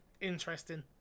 interesting